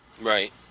Right